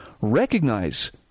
recognize